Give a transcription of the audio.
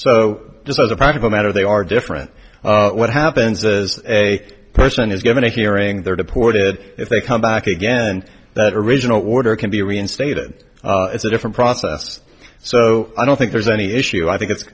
so just as a practical matter they are different what happens is a person is given a hearing they're deported if they come back again and that original order can be reinstated it's a different process so i don't think there's any issue i think it's